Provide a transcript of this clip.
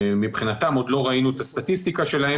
מבחינתם עוד לא ראינו את הסטטיסטיקה שלהם.